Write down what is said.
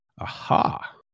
aha